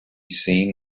seen